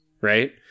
right